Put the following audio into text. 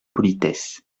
politesse